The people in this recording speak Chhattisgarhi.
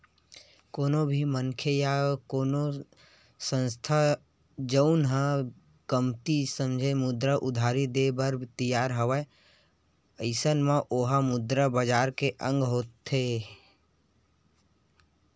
कोनो भी मनखे या कोनो संस्था जउन ह कमती समे मुद्रा उधारी देय बर तियार हवय अइसन म ओहा मुद्रा बजार के अंग होथे